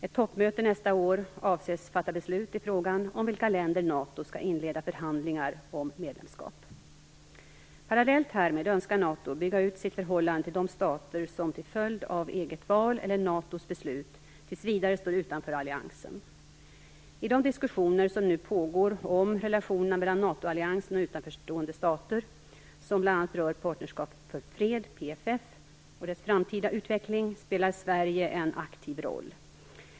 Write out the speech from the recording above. Ett toppmöte nästa år avses fatta beslut i frågan med vilka länder NATO skall inleda förhandlingar om medlemskap. Parallellt härmed önskar NATO bygga ut sitt förhållande till de stater som till följd av eget val eller NATO:s beslut tills vidare står utanför alliansen. I de diskussioner som nu pågår om relationerna mellan NATO-alliansen och utanförstående stater, som bl.a. rör Partnerskap för fred, PFF, och dess framtida utveckling, spelar Sverige en aktiv roll.